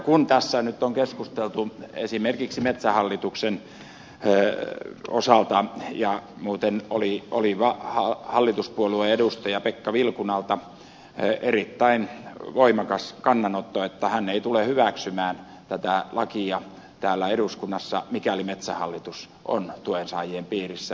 kun tästä nyt on keskusteltu esimerkiksi metsähallituksen osalta niin oli muuten hallituspuolueen edustajalta pekka vilkunalta erittäin voimakas kannanotto että hän ei tule hyväksymään tätä lakia täällä eduskunnassa mikäli metsähallitus on tuensaajien piirissä